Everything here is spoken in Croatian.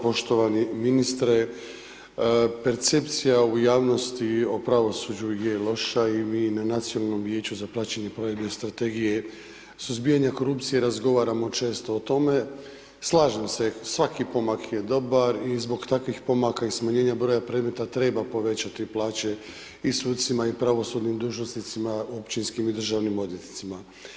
Poštovani ministre, percepcije au javnosti o pravosuđu je loša i mi na nacionalnom vijeću za praćenje provedene strategije suzbijanja korupcije razgovaramo često o tome i slažem se, svaki pomak je dobar i zbog takvih pomaka i smanjenja broja predmeta, treba povećati plaće i sucima i pravosudnim dužnosnicima, općinskim i državnim odvjetnicima.